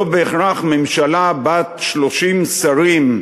לא בהכרח ממשלה בת 30 שרים,